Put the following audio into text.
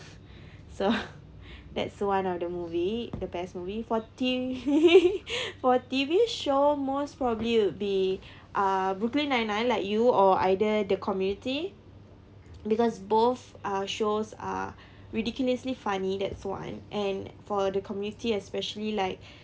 so that's one of the movie the best movie for T V for T_V show most probably would be uh brooklyn nine-nine like you or either the community because both are shows are ridiculously funny that's one and for the community especially like